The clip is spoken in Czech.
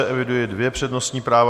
Eviduji dvě přednostní práva.